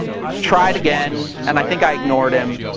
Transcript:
tried again and i think i ignored him.